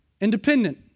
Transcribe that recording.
Independent